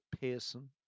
pearson